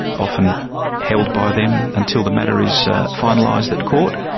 often held by them until the matter is finalised at court.